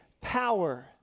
power